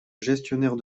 gestionnaire